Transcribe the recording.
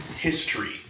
history